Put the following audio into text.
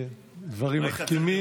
דברים מחכימים.